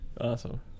awesome